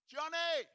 Johnny